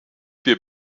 wir